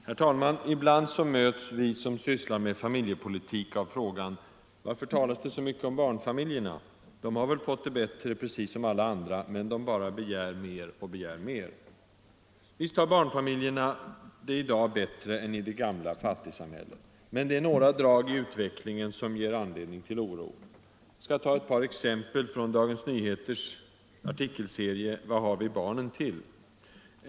Herr talman! Ibland möts vi som sysslar med familjepolitik av frågan: Varför talas det så mycket om barnfamiljerna? De har väl fått det bättre precis som alla andra? Men de bara begär och begär. Visst har barnfamiljerna det i dag bättre än i det gamla fattigsamhället. Men det är några drag i utvecklingen som ger anledning till oro. Ett par exempel från Dagens Nyheters artikelserie Vad har vi barnen till.